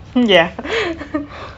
ya